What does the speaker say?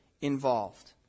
involved